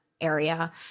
area